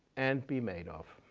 and be made of.